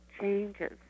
changes